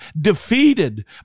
defeated